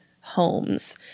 homes